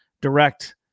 direct